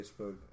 Facebook